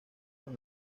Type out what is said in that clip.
con